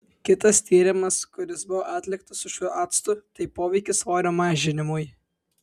kitas tyrimas kuris buvo atliktas su šiuo actu tai poveikis svorio mažinimui